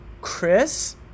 Chris